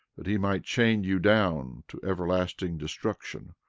that he might chain you down to everlasting destruction,